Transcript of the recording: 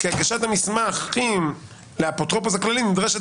כי הגשת המסמכים לאפוטרופוס הכללי נדרשת